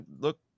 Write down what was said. look